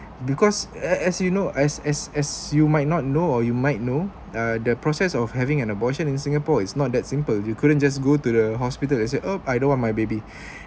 because as you know as as as you might not know or you might know uh the process of having an abortion in singapore is not that simple you couldn't just go to the hospital and say uh I don't want my baby